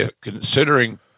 considering